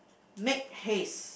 make haste